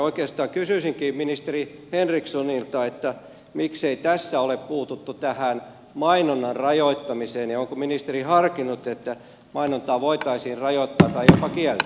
oikeastaan kysyisinkin ministeri henrikssonilta miksei tässä ole puututtu tähän mainonnan rajoittamiseen ja onko ministeri harkinnut että mainontaa voitaisiin rajoittaa tai jopa kieltää